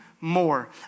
more